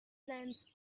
date